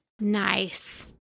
Nice